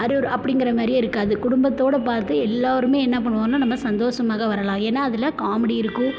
அறுவறு அப்படிங்கிற மாதிரியே இருக்காது குடும்பத்தோட பார்த்து எல்லாருமே என்ன பண்ணுவாங்கன்னா நம்ம சந்தோஷமாக வரலாம் ஏன்னா அதில் காமெடி இருக்கும்